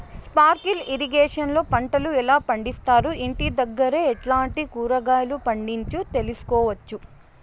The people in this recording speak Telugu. స్పార్కిల్ ఇరిగేషన్ లో పంటలు ఎలా పండిస్తారు, ఇంటి దగ్గరే ఎట్లాంటి కూరగాయలు పండించు తెలుసుకోవచ్చు?